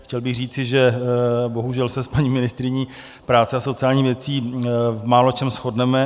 Chtěl bych říci, že bohužel se s paní ministryní práce a sociálních věcí v máločem shodneme.